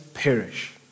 perish